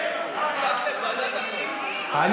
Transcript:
זה היה כלכלה.